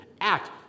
act